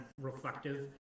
reflective